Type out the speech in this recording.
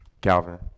Calvin